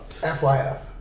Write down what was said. FYF